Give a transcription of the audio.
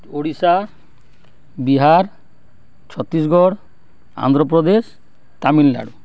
Odisha Bihar Chhattisgarh Andhra Pradesh Tamil Nadu